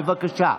בבקשה.